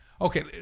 Okay